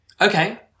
Okay